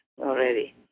already